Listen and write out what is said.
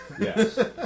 Yes